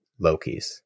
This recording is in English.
Lokis